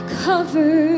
cover